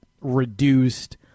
reduced